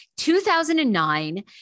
2009